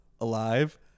alive